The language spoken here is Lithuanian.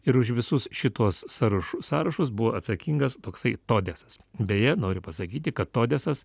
ir už visus šituos sąrašu sąrašus buvo atsakingas toksai todesas beje noriu pasakyti kad todesas